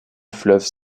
fleuve